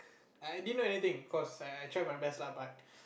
I didn't know anything cause I try my best lah but